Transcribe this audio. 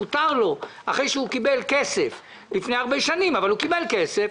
מותר לו אחרי שהוא קיבל כסף לפני הרבה שנים אבל הוא קיבל כסף